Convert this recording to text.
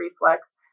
reflex